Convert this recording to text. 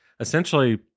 Essentially